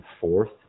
fourth